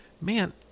man